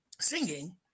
singing